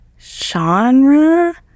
genre